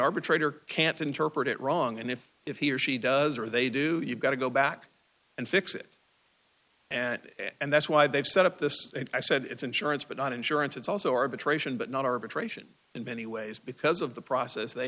arbitrator can't interpret it wrong and if if he or she does or they do you've got to go back and fix it and and that's why they've set up this i said it's insurance but on insurance it's also arbitration but not arbitration in many ways because of the process